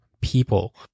people